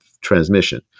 transmission